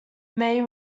may